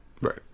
Right